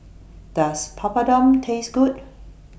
Does Papadum Taste Good